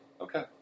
Okay